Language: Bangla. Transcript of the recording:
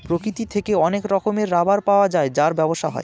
প্রকৃতি থেকে অনেক রকমের রাবার পাওয়া যায় যার ব্যবসা হয়